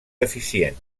deficient